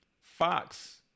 Fox